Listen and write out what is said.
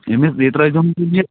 ییٚمِس بیٚیہِ ترٲیِزیُن تُہۍ یہِ